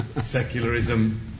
secularism